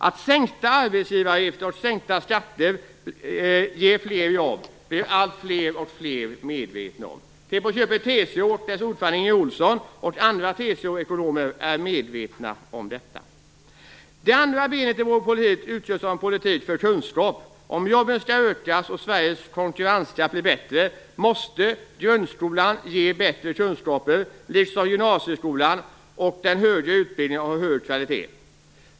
Att sänkta arbetsgivaravgifter och sänkta skatter ger fler jobb blir fler och fler medvetna om. T.o.m. ekonomer är medvetna om detta. Det andra benet i vår politik utgörs av en politik för kunskap. Om jobben skall öka och Sveriges konkurrenskraft bli bättre måste grundskolan ge bättre kunskaper, liksom gymnasieskolan. Dessutom måste den högre utbildning ha hög kvalitet.